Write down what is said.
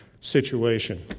situation